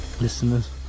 listeners